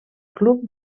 club